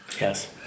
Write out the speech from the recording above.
Yes